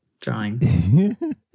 drawing